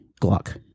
Glock